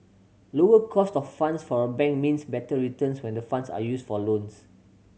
lower cost of funds for a bank means better returns when the funds are used for loans